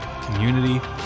community